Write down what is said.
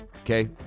okay